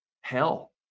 hell